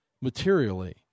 materially